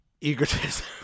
egotism